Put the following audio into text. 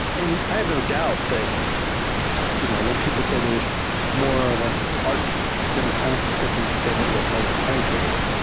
and i have no doubt that you know when people say there's more of an art than a science to something. they don't yet know the sites of it.